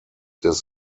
des